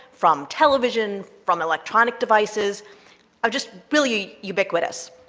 from television, from electronic devices are just really ubiquitous.